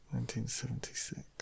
1976